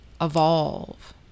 evolve